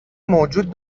موجود